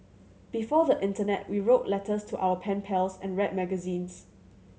before the internet we wrote letters to our pen pals and read magazines